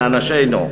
מ"אנשינו".